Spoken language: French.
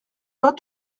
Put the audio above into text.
pas